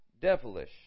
devilish